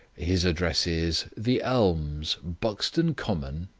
his address is the elms, buxton common,